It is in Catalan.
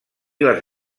les